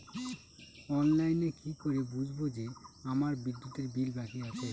অনলাইনে কি করে বুঝবো যে আমার বিদ্যুতের বিল বাকি আছে?